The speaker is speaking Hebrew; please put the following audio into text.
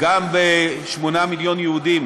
גם ב-8 מיליון יהודים